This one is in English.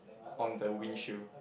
on the windshield